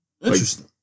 Interesting